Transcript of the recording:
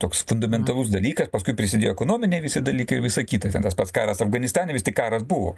toks fundamentalus dalykas paskui prisidėjo ekonominiai visi dalykai ir visa kita ten tas pats karas afganistane vis tik karas buvo